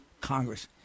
Congress